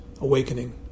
awakening